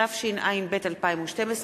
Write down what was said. התשע"ב 2012,